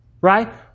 right